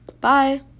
bye